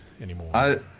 anymore